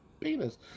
penis